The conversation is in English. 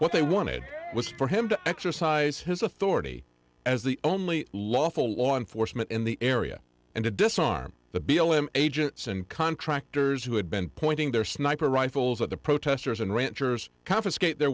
what they wanted was for him to exercise his authority as the only lawful law enforcement in the area and to disarm the b l m agents and contractors who had been pointing their sniper rifles at the protesters and ranchers confiscate their